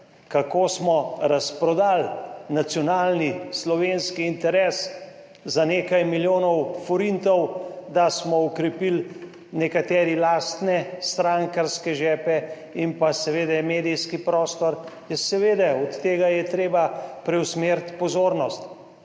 kako smo razprodali nacionalni slovenski interes za nekaj milijonov forintov, da smo okrepili nekateri lastne strankarske žepe in pa seveda medijski prostor, ja, seveda, od tega je treba preusmeriti pozornost.